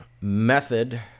method